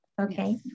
okay